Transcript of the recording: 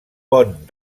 pont